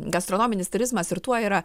gastronominis turizmas ir tuo yra